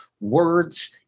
words